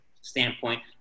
standpoint